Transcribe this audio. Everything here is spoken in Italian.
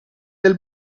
del